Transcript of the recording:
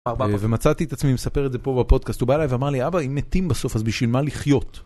ומצאתי את עצמי מספר את זה פה בפודקאסט, הוא בא אליי ואמר לי, אבא, אם מתים בסוף אז בשביל מה לחיות?